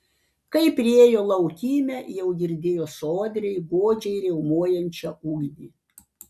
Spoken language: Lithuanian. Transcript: kai priėjo laukymę jau girdėjo sodriai godžiai riaumojančią ugnį